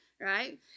right